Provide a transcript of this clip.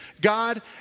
God